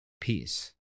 peace